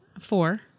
Four